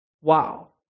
Wow